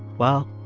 well,